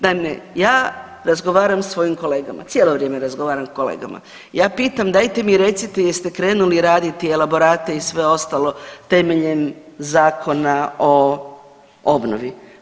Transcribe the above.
Naime, ja razgovaram sa svojim kolegama, cijelo vrijeme razgovaram s kolegama, ja pitam dajte mi recite jeste krenuli raditi elaborate i sve ostalo temeljem Zakona o obnovi.